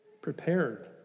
Prepared